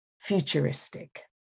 futuristic